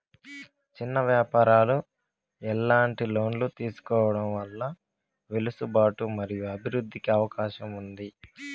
చిన్న వ్యాపారాలు ఎట్లాంటి లోన్లు తీసుకోవడం వల్ల వెసులుబాటు మరియు అభివృద్ధి కి అవకాశం ఉంది?